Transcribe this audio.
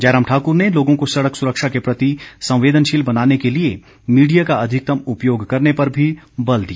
जयराम ठाक्र ने लोगों को सड़क सुरक्षा के प्रति संवेदनशील बनाने के लिए मीडिया का अधिकतम उपयोग करने पर भी बल दिया